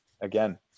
again